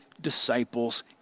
disciples